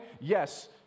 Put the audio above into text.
Yes